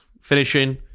finishing